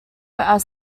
are